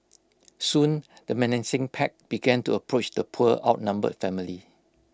soon the menacing pack began to approach the poor outnumbered family